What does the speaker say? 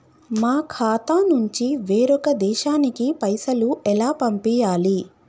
మా ఖాతా నుంచి వేరొక దేశానికి పైసలు ఎలా పంపియ్యాలి?